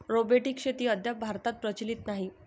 robotic शेती अद्याप भारतात प्रचलित नाही